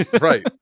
Right